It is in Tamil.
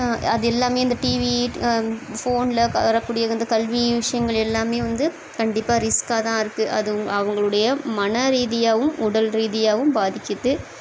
அது எல்லாமே இந்த டிவி ஃபோனில் வரக்கூடிய இந்த கல்வி விஷயங்கள் எல்லாமே வந்து கண்டிப்பாக ரிஸ்க்காக தான் இருக்குது அது அவங்களுடைய மன ரீதியாவும் உடல் ரீதியாவும் பாதிக்குது